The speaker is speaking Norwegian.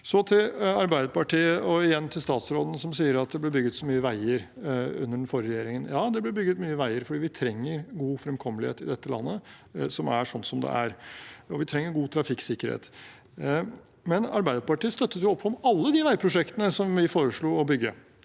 til Arbeiderpartiet og igjen til statsråden, som sier at det ble bygget så mye veier under den forrige regjeringen. Ja, det ble bygget mye veier fordi vi trenger god fremkommelighet i dette landet, som er slik som det er, og vi trenger god trafikksikkerhet. Arbeiderpartiet støttet opp om alle de veiprosjektene som vi foreslo å bygge.